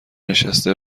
نشسته